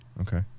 okay